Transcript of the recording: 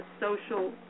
social